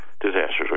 disasters